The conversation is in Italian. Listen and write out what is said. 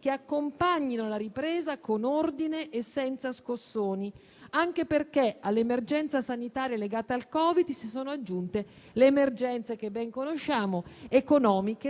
che accompagni la ripresa con ordine e senza scossoni, anche perché all'emergenza sanitaria legata al Covid si sono aggiunte le emergenze economiche che ben conosciamo,